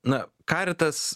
na caritas